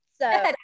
So-